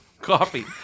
coffee